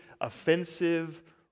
offensive